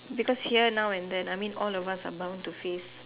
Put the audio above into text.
because here now and then I mean all of us are bound to face